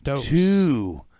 two